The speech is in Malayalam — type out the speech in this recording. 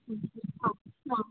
ആ ആ